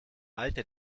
alte